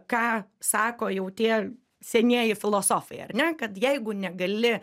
ką sako jau tie senieji filosofai ar ne kad jeigu negali